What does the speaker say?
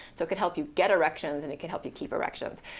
so it could help you get erections and it could help you keep erections,